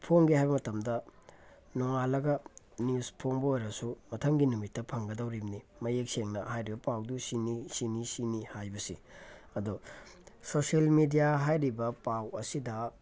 ꯐꯣꯡꯒꯦ ꯍꯥꯏꯕ ꯃꯇꯝꯗ ꯅꯣꯡꯉꯥꯜꯂꯒ ꯅ꯭ꯌꯨꯖ ꯐꯣꯡꯕ ꯑꯣꯏꯔꯁꯨ ꯃꯊꯪꯒꯤ ꯅꯨꯃꯤꯠꯇ ꯐꯪꯒꯗꯧꯔꯤꯕꯅꯤ ꯃꯌꯦꯛ ꯁꯦꯡꯅ ꯍꯥꯏꯔꯤꯕ ꯄꯥꯎꯗꯨ ꯁꯤꯅꯤ ꯁꯤꯅꯤ ꯁꯤꯅꯤ ꯍꯥꯏꯕꯁꯤ ꯑꯗꯣ ꯁꯣꯁꯤꯌꯦꯜ ꯃꯦꯗꯤꯌꯥ ꯍꯥꯏꯔꯤꯕ ꯄꯥꯎ ꯑꯁꯤꯗ